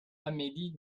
amélie